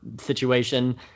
situation